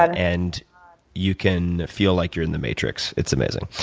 and you can feel like you're in the matrix, it's amazing.